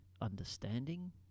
understanding